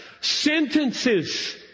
sentences